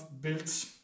built